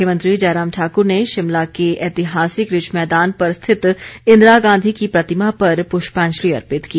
मुख्यमंत्री जयराम ठाकूर ने शिमला के ऐतिहासिक रिज मैदान पर स्थित इंदिरा गांधी की प्रतिमा पर पुष्पांजलि अर्पित की